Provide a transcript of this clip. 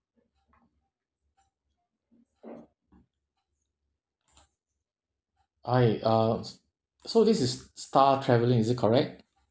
hi uh s~ so this is star travelling is it correct